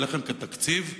והלחם כתקציב,